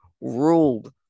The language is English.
ruled